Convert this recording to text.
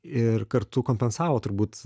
ir kartu kompensavo turbūt